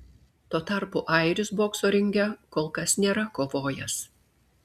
tuo tarpu airis bokso ringe kol kas nėra kovojęs